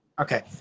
Okay